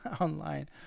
online